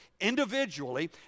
individually